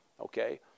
Okay